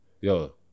Yo